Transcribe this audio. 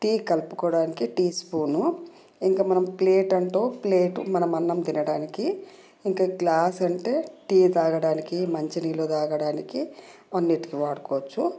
tea కలుపుకోవడానికి teaspoon ఇంకా మనం ప్లేట్ అంటూ ప్లేటు మనం అన్నం తినడానికి ఇంకా గ్లాస్ అంటే టీ తాగడానికి మంచి నీళ్ళు తాగడానికి అన్నింటికి వాడుకోవచ్చు